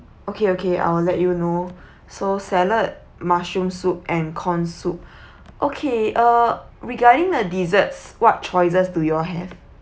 okay okay I'll let you know so salad mushroom soup and corn soup okay uh regarding the desserts what choices do you all have